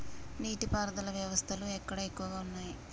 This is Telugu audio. నీటి పారుదల వ్యవస్థలు ఎక్కడ ఎక్కువగా ఉన్నాయి?